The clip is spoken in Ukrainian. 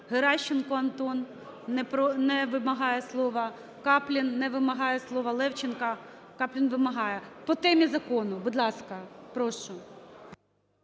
Геращенко Антон не вимагає слова, Каплін не вимагає слова, Левченко… Каплін вимагає. По темі закону, будь ласка, прошу.